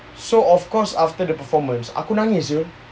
so of course after the performance aku nangis [siol]